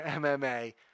MMA